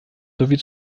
sowie